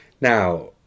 Now